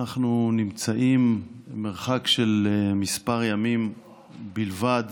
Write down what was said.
אנחנו נמצאים מרחק של כמה ימים בלבד